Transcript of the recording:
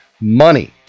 money